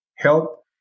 Help